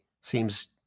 seems